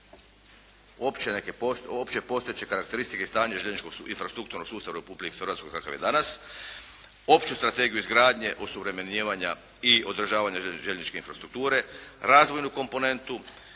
opće postojeće karakteristike i stanja željezničkog infrastrukturnog sustava u Republici Hrvatskoj kakav je danas, opću strategiju izgradnje osuvremenjivanja i održavanja željezničke infrastrukture, razvojnu komponentu,